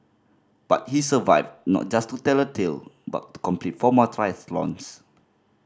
but he survived not just to tell the tale but to complete four more triathlons